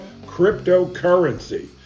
cryptocurrency